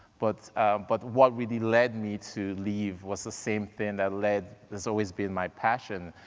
but but what really led me to leave was the same thing that led, that's always been my passion,